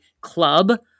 club